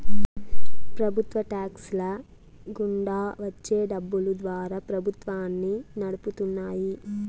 ప్రభుత్వ టాక్స్ ల గుండా వచ్చే డబ్బులు ద్వారా ప్రభుత్వాన్ని నడుపుతున్నాయి